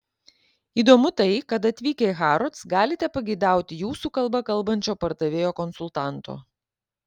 įdomu tai kad atvykę į harrods galite pageidauti jūsų kalba kalbančio pardavėjo konsultanto